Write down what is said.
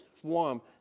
swarm